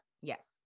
Yes